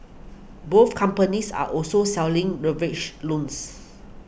both companies are also selling loans